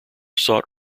sought